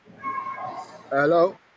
Hello